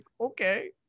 okay